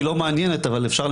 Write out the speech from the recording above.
היא לא מעניינת אבל אפשר